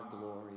glory